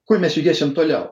kur mes judėsim toliau